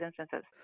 instances